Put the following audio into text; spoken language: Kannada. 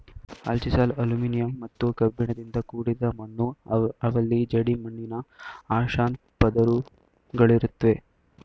ಅಲ್ಫಿಸಾಲ್ ಅಲ್ಯುಮಿನಿಯಂ ಮತ್ತು ಕಬ್ಬಿಣದಿಂದ ಕೂಡಿದ ಮಣ್ಣು ಅವಲ್ಲಿ ಜೇಡಿಮಣ್ಣಿನ ಅಂಶದ್ ಪದರುಗಳಿರುತ್ವೆ